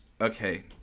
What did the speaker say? okay